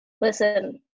listen